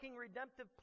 redemptive